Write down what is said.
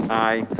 aye.